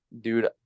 dude